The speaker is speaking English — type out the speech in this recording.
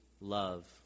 love